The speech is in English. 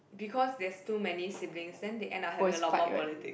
because there's too many siblings then end they having a lot more politics